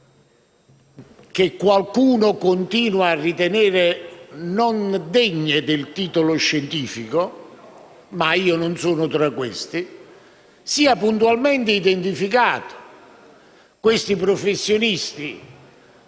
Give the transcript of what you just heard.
che qualcuno continua a ritenere non degne di un titolo scientifico - ma io non sono tra questi - siano puntualmente identificati. Questi professionisti,